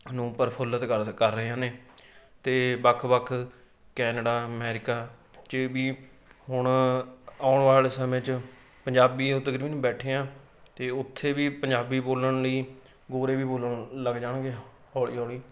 ਨੂੰ ਪ੍ਰਫੁੱਲਤ ਕਰ ਕਰ ਰਹੇ ਨੇ ਅਤੇ ਵੱਖ ਵੱਖ ਕੈਨੇਡਾ ਅਮੈਰੀਕਾ 'ਚ ਵੀ ਹੁਣ ਆਉਣ ਵਾਲੇ ਸਮੇਂ 'ਚ ਪੰਜਾਬੀ ਓ ਤਕਰੀਬਨ ਬੈਠੇ ਹਾਂ ਅਤੇ ਉੱਥੇ ਵੀ ਪੰਜਾਬੀ ਬੋਲਣ ਲਈ ਗੋਰੇ ਵੀ ਬੋਲਣ ਲੱਗ ਜਾਣਗੇ ਹੌਲੀ ਹੌਲੀ